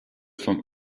vom